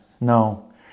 No